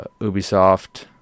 Ubisoft